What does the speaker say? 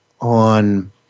on